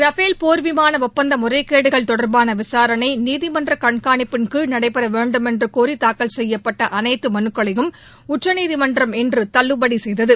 Rafale போர் விமான ஒப்பந்த முறைகேடுகள் தொடர்பான விசாரனை நீதிமன்ற கண்காணிப்பின் கீழ் நடைபெற வேண்டும் என்று கோரி தாக்கல் செய்யப்பட்ட அனைத்து மனுக்களையும் உச்சநீதிமன்றம் இன்று தள்ளுபடி செய்து